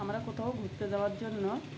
আমরা কোথাও ঘুরতে যওয়ার জন্য